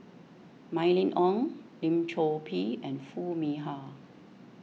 Mylene Ong Lim Chor Pee and Foo Mee Har